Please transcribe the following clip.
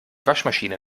waschmaschine